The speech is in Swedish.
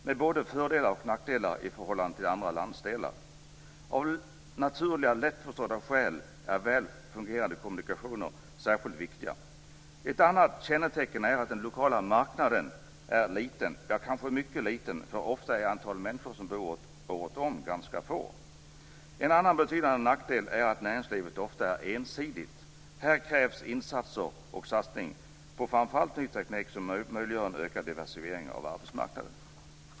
De har både fördelar och nackdelar i förhållande till andra landsdelar. Av naturliga lättförstådda skäl är väl fungerande kommunikationer särskilt viktiga. Ett annat kännetecken är att den lokala marknaden är liten, ja kanske mycket liten. Ofta är ju antalet människor som bor kvar året om ganska litet. En annan betydande nackdel är att näringslivet ofta är ensidigt. Här krävs insatser och satsning på framför allt ny teknik som möjliggör en ökad diversifiering av arbetsmarknaden.